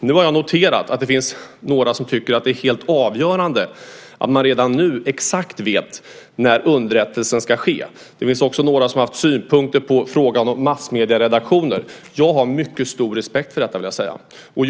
Jag har noterat att det finns några som tycker att det är helt avgörande att man redan nu exakt vet när underrättelsen ska ske. Det finns också några som har haft synpunkter på frågan om massmedieredaktioner. Jag har mycket stor respekt för detta; det vill jag säga.